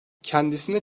kendisine